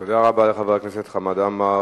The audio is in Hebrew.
תודה רבה לחבר הכנסת חמד עמאר.